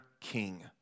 king